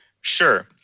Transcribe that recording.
Sure